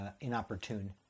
inopportune